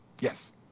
Yes